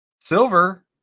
Silver